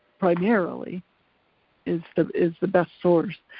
primarily is the is the best source.